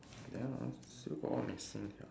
ya still got what missing sia